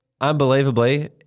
unbelievably